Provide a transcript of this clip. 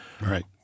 Right